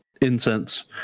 incense